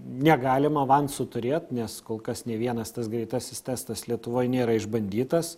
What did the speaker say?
negalim avansu turėt nes kol kas nė vienas tas greitasis testas lietuvoj nėra išbandytas